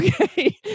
Okay